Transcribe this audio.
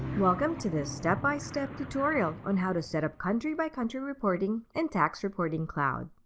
welcome to this step-by-step tutorial on how to set up country by country reporting in tax reporting cloud.